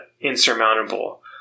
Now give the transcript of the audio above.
insurmountable